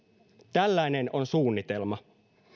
tällainen on suunnitelma